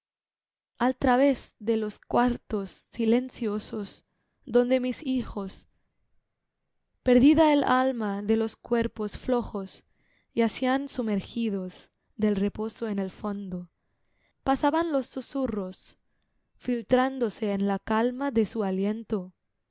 al través de los cuartos silenciosos donde mis hijos perdida el alma de los cuerpos flojos yacían sumergidos del reposo en el fondo pasaban los susurros filtrándose en la calma de su aliento